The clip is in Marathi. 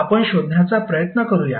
आपण शोधण्याचा प्रयत्न करूया